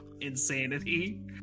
insanity